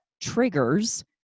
triggers